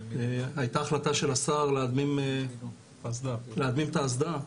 הייתה החלטה של השר להדמים את האסדה.